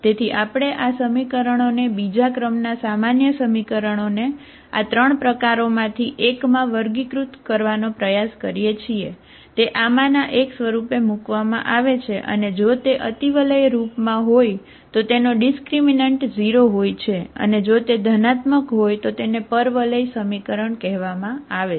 તેથી જ આપણે જો ડિસ્ક્રિમિનન્ટ કહેવામાં આવે છે